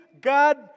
God